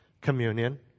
communion